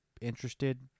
interested